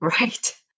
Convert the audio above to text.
Right